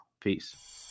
Peace